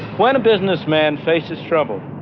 when a businessman faces trouble,